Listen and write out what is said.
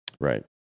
right